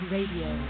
Radio